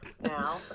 now